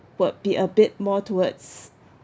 would be a bit more towards